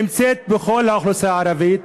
היא נמצאת בכל האוכלוסייה הערבית,